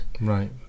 right